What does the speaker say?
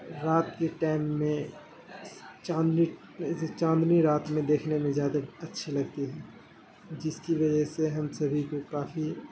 رات کے ٹیم میں چاندنی چاندنی رات میں دیکھنے میں زیادہ اچھی لگتی ہے جس کی وجہ سے ہم سبھی کو کافی